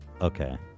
Okay